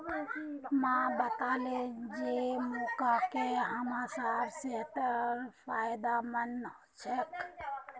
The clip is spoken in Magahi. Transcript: माँ बताले जे मुनक्का हमसार सेहतेर फायदेमंद ह छेक